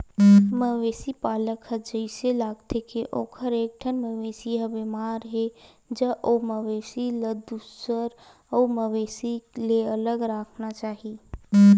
मवेशी पालक ल जइसे लागथे के ओखर एकठन मवेशी ह बेमार हे ज ओ मवेशी ल दूसर अउ मवेशी ले अलगे राखना चाही